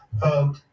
vote